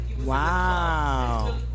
Wow